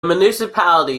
municipality